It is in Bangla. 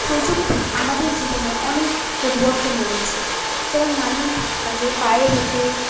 প্রযুক্তি আমাদের জীবনে অনেক পরিবর্তন এনেছে যেমন মানুষ আগে পায়ে হেঁটে